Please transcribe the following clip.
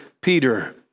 Peter